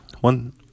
One